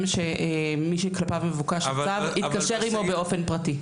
שמי שכלפיו מבוקש הצו התקשר עימו באופן פרטי.